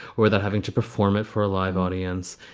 without having to perform it for a live audience.